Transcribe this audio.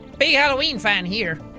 big halloween fan here.